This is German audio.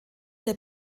der